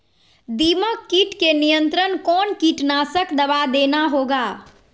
दीमक किट के नियंत्रण कौन कीटनाशक दवा देना होगा?